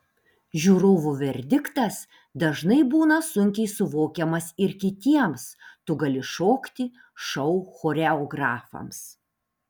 žiūrovų verdiktas dažnai būna sunkiai suvokiamas ir kitiems tu gali šokti šou choreografams